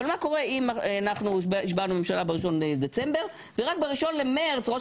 אבל מה קורה אם השבענו ממשלה ב-1 בדצמבר ורק ב-1 במרץ ראש